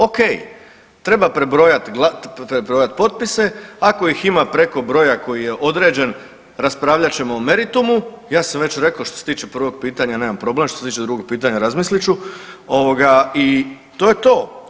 O.k. Treba prebrojati potpise, ako ih ima preko broja koji je određen raspravljat ćemo o meritumu, ja sam već rekao što se tiče prvog pitanja nemam problem, što se tiče drugog pitanja razmislit ću i to je to.